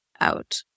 out